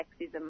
sexism